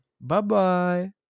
Bye-bye